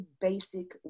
basic